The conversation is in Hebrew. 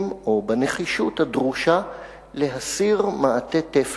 או בנחישות הדרושה להסיר מעטה טפלון,